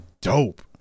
dope